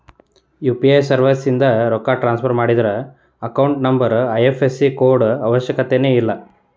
UPI ಸರ್ವಿಸ್ಯಿಂದ ರೊಕ್ಕ transfer ಮಾಡಿದ್ರ ಅಕೌಂಟ್ ನಂಬರ್ ಐ.ಎಫ್.ಎಸ್.ಸಿ ಕೋಡ್ ಅವಶ್ಯಕತೆನ ಇಲ್ಲ